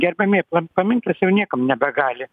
gerbiami paminklas jau niekam nebegali